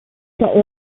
are